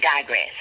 digress